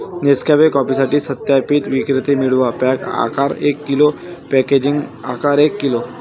Nescafe कॉफीसाठी सत्यापित विक्रेते मिळवा, पॅक आकार एक किलो, पॅकेजिंग आकार एक किलो